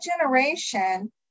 generation